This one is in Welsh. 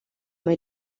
mae